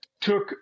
took